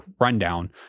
rundown